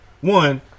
one